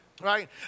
right